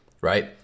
right